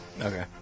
Okay